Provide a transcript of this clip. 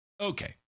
okay